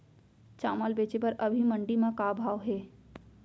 चांवल बेचे बर अभी मंडी म का भाव हे?